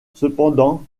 cependant